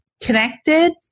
connected